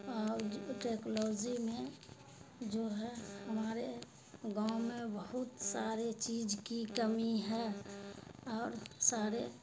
اور ٹیکالوزی میں جو ہے ہمارے گاؤں میں بہت سارے چیز کی کمی ہے اور سارے